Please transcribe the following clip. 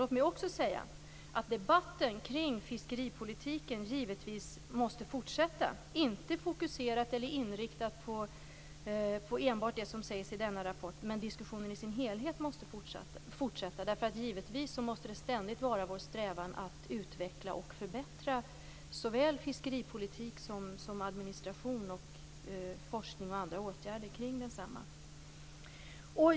Låt mig också säga att debatten kring fiskeripolitiken givetvis måste fortsätta. Den skall inte enbart fokuseras eller inriktas på det som sägs i denna rapport, men diskussionen i sin helhet måste fortsätta. Givetvis måste det ständigt vara vår strävan att utveckla och förbättra såväl fiskeripolitik som administration, forskning och andra åtgärder kring densamma.